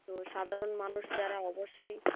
তো সাধারণ মানুষ যারে অবশ্যই